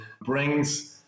brings